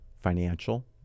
financial